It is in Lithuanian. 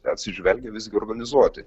atsižvelgę visgi organizuoti